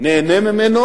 ניהנה ממנו,